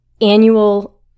annual